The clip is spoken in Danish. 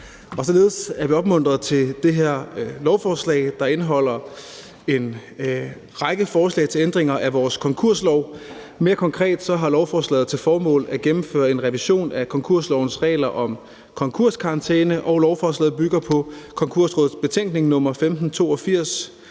således er vi opmuntret til det her lovforslag, der indeholder en række forslag til ændringer af vores konkurslov. Mere konkret har lovforslaget til formål at gennemføre en revision af konkurslovens regler om konkurskarantæne, og lovforslaget bygger på Konkursrådets betænkning nr. 1582/2023